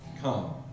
Come